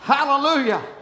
Hallelujah